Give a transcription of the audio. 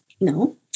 no